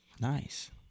Nice